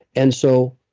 and so,